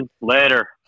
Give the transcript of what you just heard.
Later